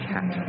Cat